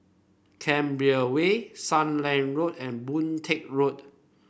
Canberra Way Sealand Road and Boon Teck Road